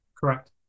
Correct